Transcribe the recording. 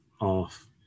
off